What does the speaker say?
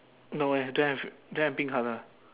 no eh don't have don't have pink colour